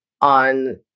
on